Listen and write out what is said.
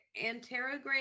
Anterograde